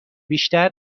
بیشتر